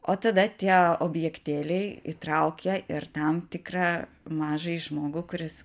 o tada tie objekteliai įtraukia ir tam tikrą mažąjį žmogų kuris